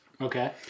Okay